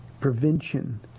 Prevention